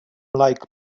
like